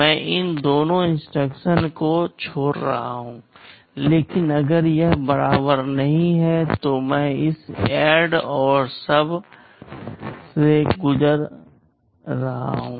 मैं इन दोनों इंस्ट्रक्शंस को छोड़ रहा हूं लेकिन अगर यह बराबर नहीं है तो मैं इस ADD और SUB से गुजर रहा हूं